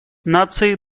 нации